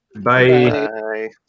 Bye